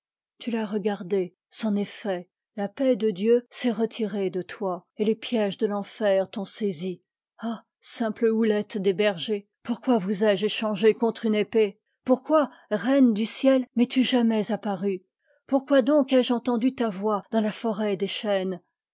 tu l'as regar dé c'en est fait la paix de dieu s'est retirée de toi et les piéges de l'enfer t'ont saisie ah sim pte houlette des bergers pourquoi vous ai-je échangée contre une épée pourquoi reine du ciel mes tu jamais apparue pourquoi donc ai je entendu ta voix dans la forêt des chênes